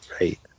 Right